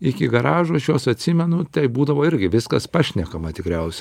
iki garažo aš juos atsimenu tai būdavo irgi viskas pašnekama tikriausia